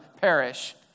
perish